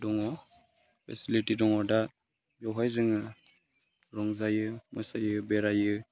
दङ फेसिलिटि दङ दा बेवहाय जोङो रंजायो मोसायो बेरायो